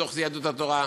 בתוך סיעת יהדות התורה.